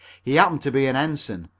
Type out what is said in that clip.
he happened to be an ensign,